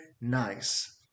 nice